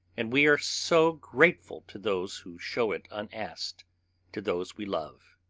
and we are so grateful to those who show it unasked to those we love.